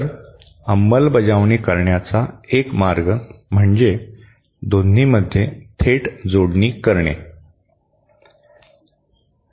तर अंमलबजावणी करण्याचा एक मार्ग म्हणजे दोन्हीमध्ये थेट जोडणी करणे